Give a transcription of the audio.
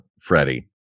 Freddie